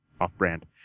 off-brand